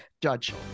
Judge